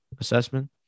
assessment